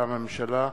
מטעם הממשלה: